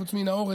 חוץ מנאור,